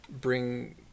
bring